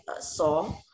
saw